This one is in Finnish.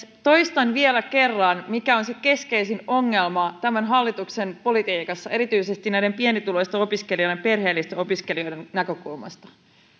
toistan vielä kerran mikä on se keskeisin ongelma tämän hallituksen politiikassa erityisesti pienituloisten opiskelijoiden perheellisten opiskelijoiden näkökulmasta